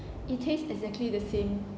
it taste exactly the same